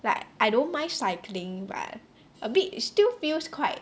like I don't mind cycling but a bit still feels quite